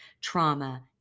trauma